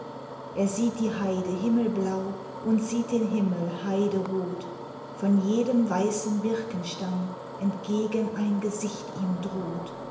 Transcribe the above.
er sieht die heide himmelblau und sieht den himmel heiderot von jedem weißen birkenstamm entgegen ein gesicht ihm droht